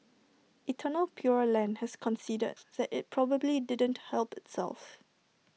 eternal pure land has conceded that IT probably didn't help itself